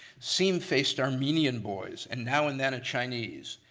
seam-faced armenian boys and now and then a chinese.